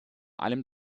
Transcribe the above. allem